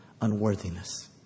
unworthiness